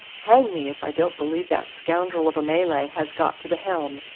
hang me if i don't believe that scoundrel of a malay has got to the helm,